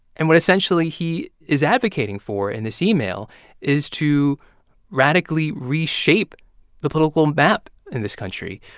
and what, essentially, he is advocating for in this email is to radically reshape the political map in this country,